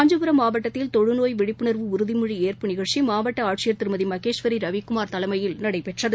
காஞ்சிபுரம் மாவட்டத்தில் தொழுநோய் விழிப்புணர்வு உறுதிமொழி ஏற்பு நிகழ்ச்சி மாவட்ட ஆட்சியர் திருமதி மகேஸ்வரி ரவிக்குமார் தலைமையில் நடைபெற்றது